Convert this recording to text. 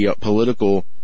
political